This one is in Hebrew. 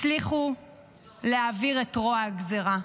הצליחו להעביר את רוע הגזרה.